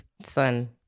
Son